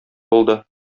булды